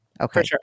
Okay